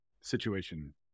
situation